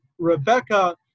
Rebecca